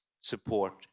support